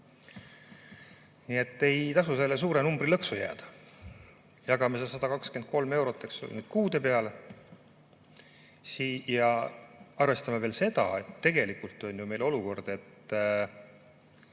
Aga ei tasu selle suure numbri lõksu jääda. Jagame selle 123 eurot kuude peale ja arvestame veel seda, et tegelikult on meil olukord,